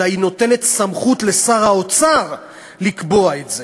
אלא היא נותנת סמכות לשר האוצר לקבוע את זה.